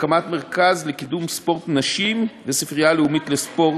הקמת מרכז לקידום ספורט נשים וספרייה לאומית לספורט,